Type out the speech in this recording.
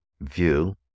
view